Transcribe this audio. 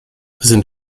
sind